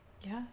Yes